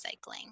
recycling